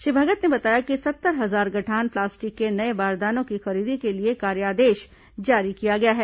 श्री भगत ने बताया कि सत्तर हजार गठान प्लास्टिक के नये बारदानों की खरीदी के लिए कार्यादेश जारी किया गया है